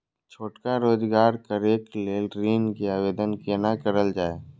छोटका रोजगार करैक लेल ऋण के आवेदन केना करल जाय?